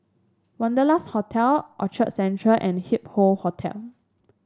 Wanderlust Hotel Orchard Central and Hup Hoe Hotel